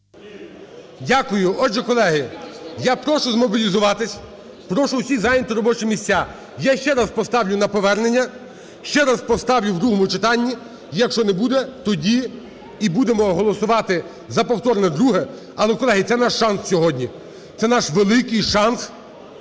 Дякую. Отже, колеги, я прошу змобілізуватись, прошу всіх зайняти робочі місця. Я ще раз поставлю на повернення, ще раз поставлю в другому читанні. Якщо не буде, тоді і будемо голосувати за повторне друге, але, колеги, це наш шанс сьогодні, це наш великий шанс